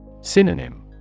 Synonym